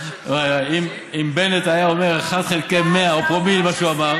אם בנט היה אומר אחד חלקי מאה או פרומיל ממה שהוא אמר,